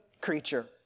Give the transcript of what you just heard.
creature